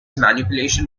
manipulation